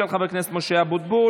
של חבר הכנסת משה אבוטבול.